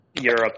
Europe